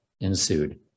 ensued